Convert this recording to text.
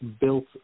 built